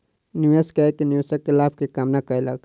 निवेश कय के निवेशक लाभ के कामना कयलक